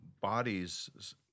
bodies